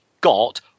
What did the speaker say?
got